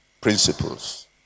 principles